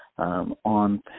on